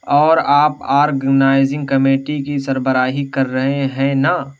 اور آپ organizing committee کی سربراہی کر رہے ہیں نا